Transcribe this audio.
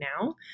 now